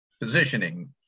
positioning